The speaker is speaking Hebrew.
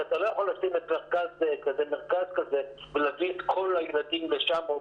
כי אתה לא יכול לשים מרכז כזה ולהביא את כל הילדים בכל הרמות לשם.